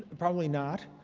but probably not.